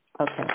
okay